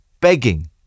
begging